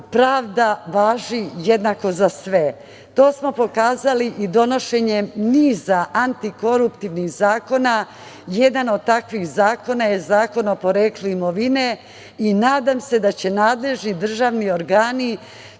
pravda važi jednako za sve. To smo pokazali i donošenjem niza antikoruptivnih zakona. Jedan od takvih zakona je i Zakon o poreklu imovine i nadam se da će nadležni državni organi